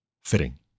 fitting